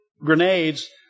grenades